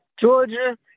Georgia